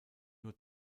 nur